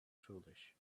foolish